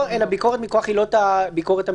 אלא ביקורת מכוח עילות הביקורת המינהלית.